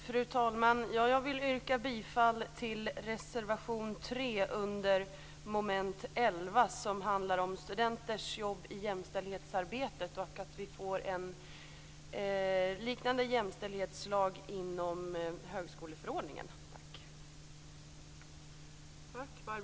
Fru talman! Jag yrkar bifall till reservation 3 under mom. 11 som handlar om studenters jobb i jämställdhetsarbetet och om att vi behöver en liknande jämställdhetslag inom högskoleförordningen.